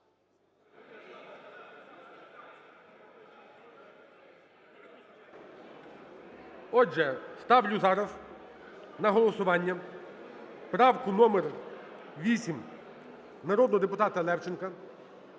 Отже, ставлю зараз на голосування правку номер 8 народного депутата Левченка.